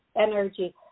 energy